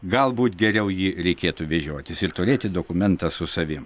galbūt geriau jį reikėtų vežiotis ir turėti dokumentą su savim